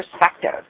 perspective –